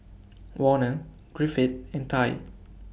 Werner Griffith and Tye